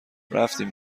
رفتیم